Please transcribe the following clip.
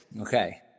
Okay